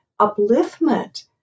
upliftment